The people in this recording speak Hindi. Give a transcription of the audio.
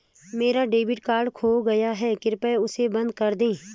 मेरा डेबिट कार्ड खो गया है, कृपया उसे बंद कर दें